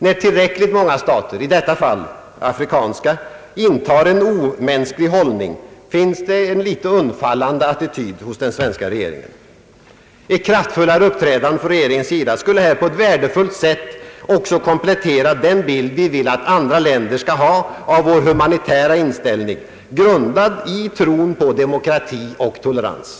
När tillräckligt många stater — i detta fall afrikanska — intar en omänsklig hållning finns det en något undfallande attityd hos den svenska regeringen. Ett kraftfullare uppträdande från regeringens sida i detta sammanhang skulle på ett värdefullt sätt komplettera den bild vi vill att andra länder skall ha av vår humanitära inställning, grundad i tron på demokrati och tolerans.